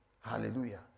hallelujah